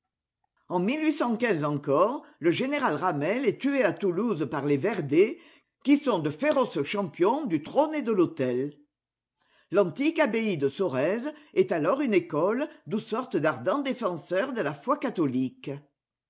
en ii encore le général ramel est tué à toulouse par les verdets qui sont de féroces champions du trône et de l'autel l'antique abbaye de sorèze est alors une école d'où sortent d'ardents défenseurs de la foi catholique